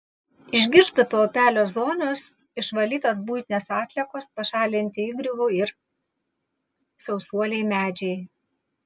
iš girstupio upelio zonos išvalytos buitinės atliekos pašalinti įgriuvų ir sausuoliai medžiai